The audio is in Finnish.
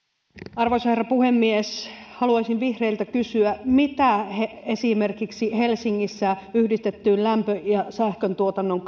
arvoisa herra puhemies haluaisin vihreiltä kysyä mitä he esimerkiksi helsingissä yhdistettyyn lämmön ja sähköntuotannon